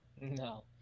No